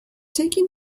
taking